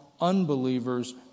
unbelievers